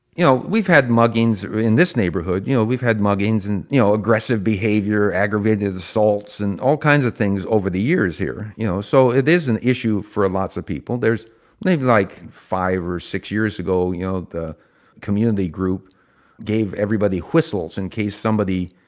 you know we've had muggings in this neighborhood. you know we've had muggings and you know aggressive behavior, aggravated assaults and all kinds of things over the years here. you know so it is an issue for lots of people. maybe like five or six years ago, you know the community group gave everybody whistles in case somebody,